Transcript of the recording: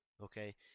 okay